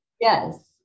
Yes